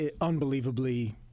unbelievably